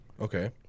Okay